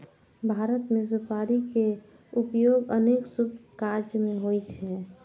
भारत मे सुपारी के उपयोग अनेक शुभ काज मे होइ छै